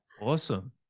Awesome